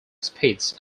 speeds